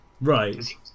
Right